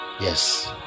Yes